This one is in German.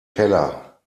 keller